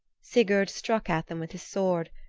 sigurd struck at them with his sword,